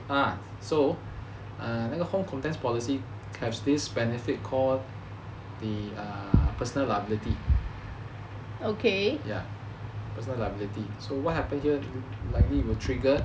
ah so 那个 home contents policy has this benefit call the personal liability ya personal liability so what happen here likely will trigger